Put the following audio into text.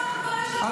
זה לא 20 שנה,